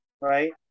right